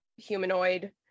humanoid